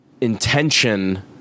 intention